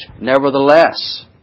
Nevertheless